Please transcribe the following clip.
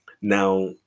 Now